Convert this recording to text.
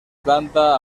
planta